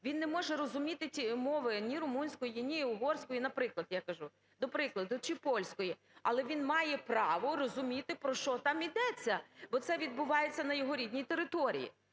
він не може розуміти мови ні румунської, ні угорської, наприклад, я кажу, до прикладу, чи польської, але він має право розуміти, про що там ідеться, бо це відбувається на його рідній території.